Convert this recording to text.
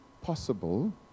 possible